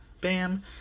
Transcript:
Bam